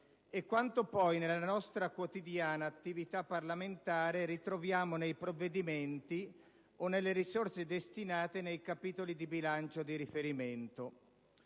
e quanto poi nella nostra quotidiana attività parlamentare ritroviamo nei provvedimenti o nelle risorse destinate nei capitoli di bilancio di riferimento.